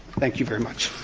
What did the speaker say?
thank you very much.